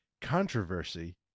controversy